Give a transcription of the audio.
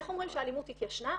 איך אומרים שהאלימות התיישנה?